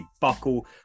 Buckle